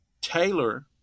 Taylor